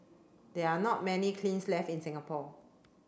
there are not many kilns left in Singapore